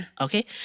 Okay